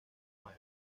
nueve